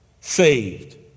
saved